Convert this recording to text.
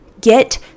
get